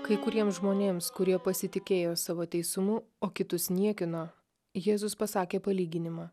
kai kuriems žmonėms kurie pasitikėjo savo teisumu o kitus niekino jėzus pasakė palyginimą